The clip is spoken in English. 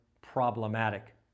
problematic